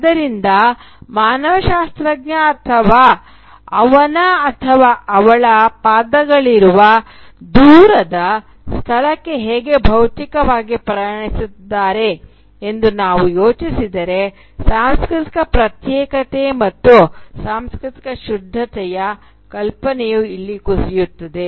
ಆದ್ದರಿಂದ ಮಾನವಶಾಸ್ತ್ರಜ್ಞ ಅವನ ಅಥವಾ ಅವಳ ಪಾದಗಳಿರುವ ದೂರದ ಸ್ಥಳಕ್ಕೆ ಹೇಗೆ ಭೌತಿಕವಾಗಿ ಪ್ರಯಾಣಿಸಿದ್ದಾರೆ ಎಂದು ನಾವು ಯೋಚಿಸಿದರೆ ಸಾಂಸ್ಕೃತಿಕ ಪ್ರತ್ಯೇಕತೆ ಮತ್ತು ಸಾಂಸ್ಕೃತಿಕ ಶುದ್ಧತೆಯ ಕಲ್ಪನೆಯು ಇಲ್ಲಿ ಕುಸಿಯುತ್ತದೆ